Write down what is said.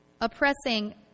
Oppressing